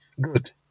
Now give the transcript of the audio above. Good